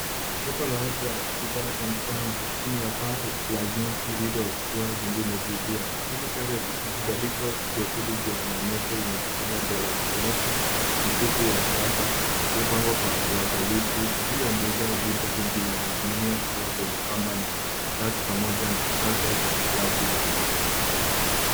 soko la wazi la bidhaa za mikono chini ya paa la zinki lililokuwa limezindua. Kinyume chake vibandiko vyekundu vya maonyesho vimejipanga mbele vikionyesha mikufu ya shanga iliyopangwa kwa uangalifu. Juu ya meza vitu vingi vinaning'inia kutoka kwenye kamba na racks pamoja na shanga za rangi mbalimbali.